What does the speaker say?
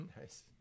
Nice